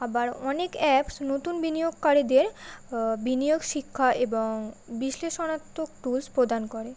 আবার অনেক অ্যাপ নতুন বিনিয়োগকারীদের বিনিয়োগ শিক্ষা এবং বিশ্লেষণাত্মক টুলস প্রদান করে